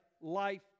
life